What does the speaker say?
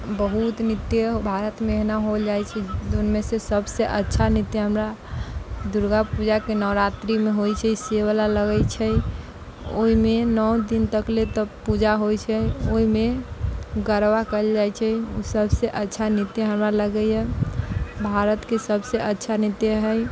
बहुत नृत्य एना भारतमे होल जाइ छै जौनमे से सभ से अच्छा नृत्य हमरा दुर्गा पूजाके नवरात्रिमे होइ छै से बला लगै छै ओहिमे नौ दिन तक ले तऽ पूजा होइ छै ओहिमे गरबा कयल जाइ छै ओ सभ से अच्छा नृत्य हमरा लगैया भारतके सभ से अच्छा नृत्य हइ